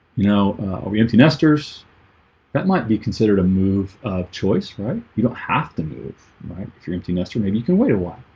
you know, i'll be empty nesters that might be considered a move of choice, right? you don't have to move my if your empty nester. maybe you can wait a while